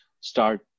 start